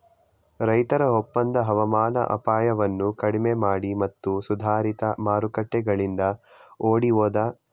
ರೈತರ ಒಪ್ಪಂದ ಹವಾಮಾನ ಅಪಾಯವನ್ನು ಕಡಿಮೆಮಾಡಿ ಮತ್ತು ಸುಧಾರಿತ ಮಾರುಕಟ್ಟೆಗಳಿಂದ ಬೇಡಿಕೆಯಿರುವ ಪ್ರಮಾಣೀಕರಣ ಸುಗಮಗೊಳಿಸ್ತದೆ